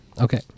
Okay